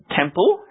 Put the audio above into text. temple